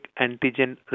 antigen